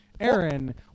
Aaron